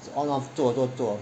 on off 做做做